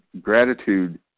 gratitude